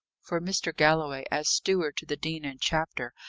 for mr. galloway, as steward to the dean and chapter,